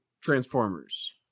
transformers